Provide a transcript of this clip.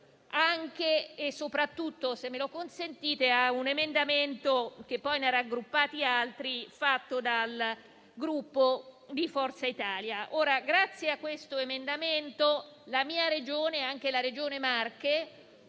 anche e soprattutto, se me lo consentite, a un emendamento, che poi ne ha raggruppati altri, presentato dal Gruppo Forza Italia. Grazie a questo emendamento, la mia Regione, ovvero l'Umbria, e le Marche